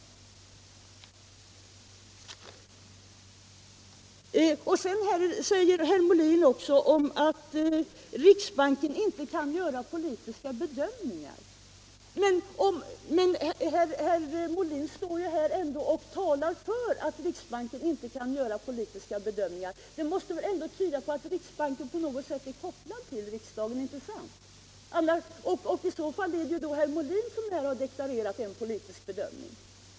Herr Molin säger också att riksbanken inte kan göra politiska bedöm ningar. Ändå står han här och talar för att riksbanken inte skall göra politiska bedömningar. Det måste väl ändå tyda på att riksbanken på något sätt är kopplad till riksdagen — inte sant? I så fall är det givetvis herr Molin som här har deklarerat en politisk bedömning.